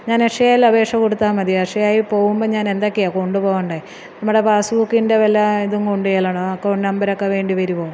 ഞാൻ അക്ഷയയിൽ അപേക്ഷ കൊടുത്താൽ മതിയോ അക്ഷയയിൽ പോകുമ്പം ഞാൻ എന്തൊക്കെയാണ് കൊണ്ട് പോകേണ്ടത് നമ്മുടെ പാസ്ബുക്കിൻ്റെ വല്ല ഇതും കൊണ്ട് ചെല്ലണോ അക്കൗണ്ട് നമ്പറൊക്കെ വേണ്ടി വരുമോ